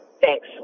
Thanks